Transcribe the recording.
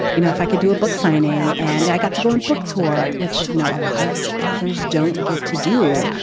you know if i could do a book signing and i got to go and book tour, which, you know, a lot of authors don't get to do,